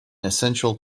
essential